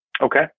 Okay